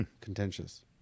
contentious